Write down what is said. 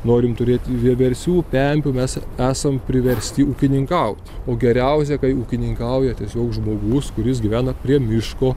norim turėt vieversių pempių mes esam priversti ūkininkaut o geriausia kai ūkininkauja tiesiog žmogus kuris gyvena prie miško